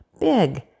big